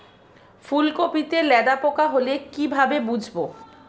ফুলকপিতে লেদা পোকা হলে কি ভাবে বুঝবো?